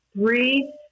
three